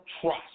trust